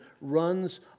runs